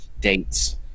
dates